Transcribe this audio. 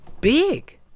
big